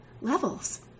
levels